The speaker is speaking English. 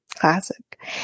classic